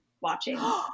watching